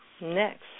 next